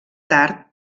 tard